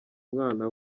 umwana